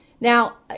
Now